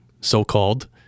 so-called